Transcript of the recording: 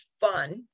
fun